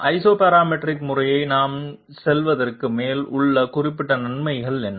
isoparametric முறையை நாம் சொல்வதற்கு மேல் உள்ள குறிப்பிட்ட நன்மை என்ன